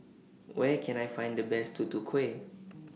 Where Can I Find The Best Tutu Kueh